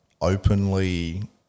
openly